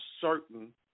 certain